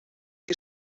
qui